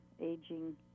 aging